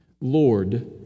Lord